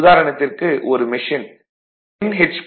உதாரணத்திற்கு ஒரு machine 10 H